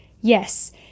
Yes